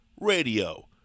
radio